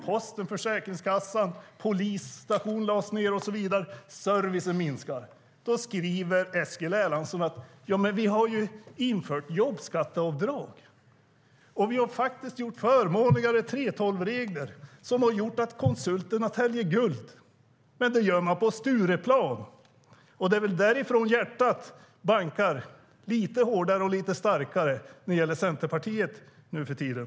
Posten, Försäkringskassan och polisstationen har lagts ned och servicen minskar, och då säger Eskil Erlandsson i svaret på min interpellation: Vi har ju infört jobbskatteavdrag, och vi har faktiskt infört förmånligare 3:12-regler. Det har gjort att konsulterna täljer guld, men det gör man på Stureplan - det är väl där hjärtat bankar lite hårdare och starkare när det gäller Centerpartiet nu för tiden.